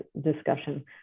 discussion